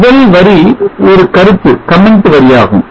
முதல் வரி ஒரு கருத்து வரியாகும்